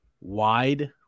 wide